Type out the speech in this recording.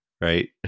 right